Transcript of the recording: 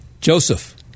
Joseph